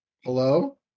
hello